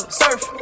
surf